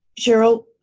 Cheryl